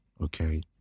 Okay